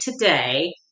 today